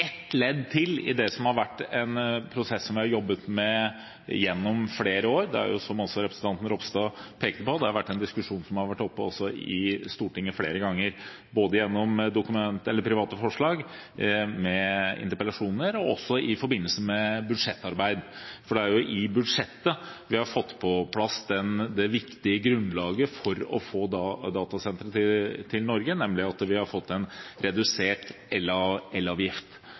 ett ledd til i en prosess som det har vært jobbet med gjennom flere år, noe også representanten Ropstad pekte på. Det er en diskusjon som også har vært oppe i Stortinget flere ganger, både gjennom private forslag, interpellasjoner og i forbindelse med budsjettarbeid. Og det er i budsjettet vi har fått på plass det viktige grunnlaget for å få datasentre til Norge, nemlig ved at vi har fått en redusert elavgift,